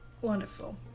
Wonderful